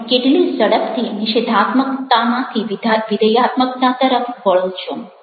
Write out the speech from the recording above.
તમે કેટલી ઝડપથી નિષેધાત્મકતામાંથી વિધેયાત્મકતા તરફ વળો છો